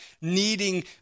needing